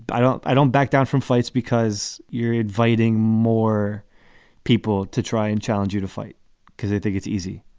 i don't i don't back down from fights because you're inviting more people to try and challenge you to fight because you think it's easy.